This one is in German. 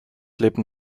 lebten